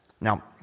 Now